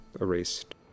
erased